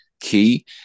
key